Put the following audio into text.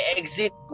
exit